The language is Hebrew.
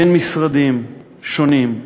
בין משרדים שונים.